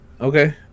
Okay